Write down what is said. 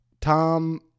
Tom